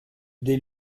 des